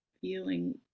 feeling